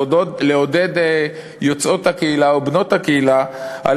לעודד יוצאות הקהילה ובנות הקהילה על